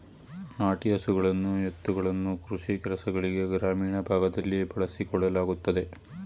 ನಾಟಿ ಹಸುಗಳನ್ನು ಎತ್ತುಗಳನ್ನು ಕೃಷಿ ಕೆಲಸಗಳಿಗೆ ಗ್ರಾಮೀಣ ಭಾಗದಲ್ಲಿ ಬಳಸಿಕೊಳ್ಳಲಾಗುತ್ತದೆ